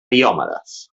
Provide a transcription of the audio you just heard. diomedes